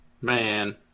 Man